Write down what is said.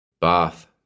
Bath